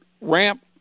Ramp